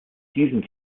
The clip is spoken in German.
diesem